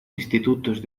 institutos